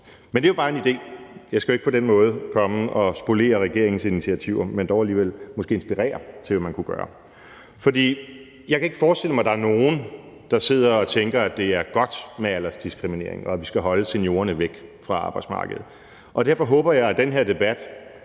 Men det er jo bare en idé. Jeg skal ikke på den måde komme og spolere regeringens initiativer, men dog alligevel måske inspirere til, hvad man kunne gøre. For jeg kan ikke forestille mig, at der er nogen, der sidder og tænker, at det er godt med aldersdiskriminering, og at vi skal holde seniorerne væk fra arbejdsmarkedet. Derfor håber jeg, at den her debat